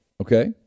okay